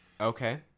Okay